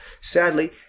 sadly